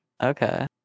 okay